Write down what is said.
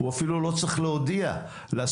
הוא אפילו לא צריך להודיע לסוכן.